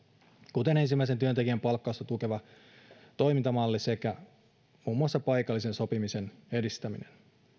kuten ensimmäisen työntekijän palkkausta tukeva toimintamalli sekä muun muassa paikallisen sopimisen edistäminen